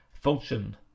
function